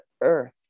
earth